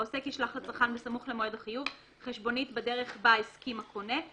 העוסק ישלח לצרכן בסמוך למועד החיוב חשבונית בדרך בה הסכים הקונה,